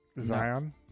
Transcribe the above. Zion